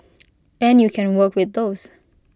and you can work with those